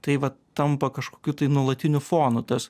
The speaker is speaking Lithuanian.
tai va tampa kažkokiu tai nuolatiniu fonu tas